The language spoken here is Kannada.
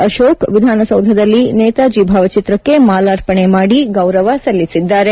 ಅಶೊಕ್ ವಿಧಾನಸೌಧದಲ್ಲಿ ನೇತಾಜಿ ಭಾವಚಿತ್ರಕ್ಕೆ ಮಾಲಾರ್ಪಣೆ ಮಾದಿ ಗೌರವ ಸಲ್ಲಿಸಿದ್ದಾರೆ